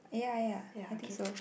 ya ya I think so